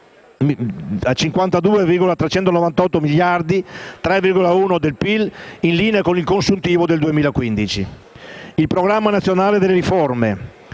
Il Programma nazionale di riforma